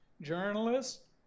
journalists